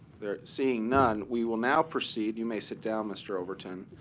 they're seeing none, we will now proceed you may sit down, mr. overton.